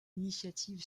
initiative